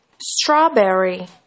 strawberry